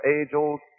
age-old